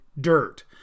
dirt